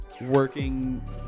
working